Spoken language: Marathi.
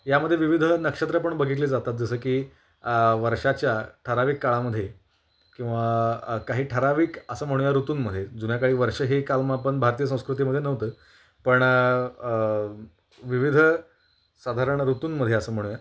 यामध्ये विविध नक्षत्रं पण बघितली जातात जसं की वर्षाच्या ठराविक काळामध्ये किंवा काही ठराविक असं म्हणूया ऋतूूंमध्ये जुन्या काळी वर्ष ही काल मग आपण भारतीय संस्कृतीमध्ये नव्हतं पण विविध साधारण ऋतूंमध्ये असं म्हणूया